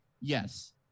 yes